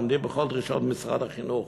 עומדים בכל דרישות משרד החינוך,